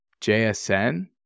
JSN